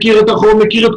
מכיר את כל הדברים,